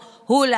נכון.